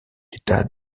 états